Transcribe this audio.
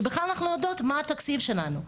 שבכלל אנחנו לא יודעות מה התקציב שלנו,